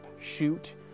shoot